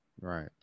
right